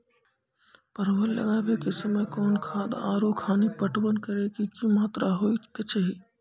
परवल लगाबै के समय कौन खाद आरु पानी पटवन करै के कि मात्रा होय केचाही?